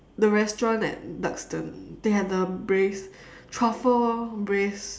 the restaurant at Duxton they have the braised truffle braised